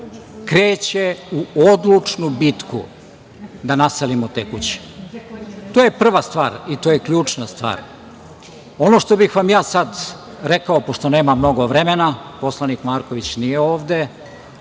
kreće u odlučnu bitku da naselimo te kuće. To je prva stvar i to je ključna stvar. Ono što bih vam ja sada rekao, pošto nema mnogo vremena, poslanik Marković nije ovde,